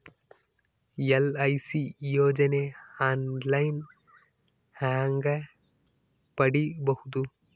LIC ಯೋಜನೆ online ಹೇಂಗ ಪಡಿಬಹುದು?